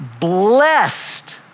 Blessed